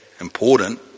important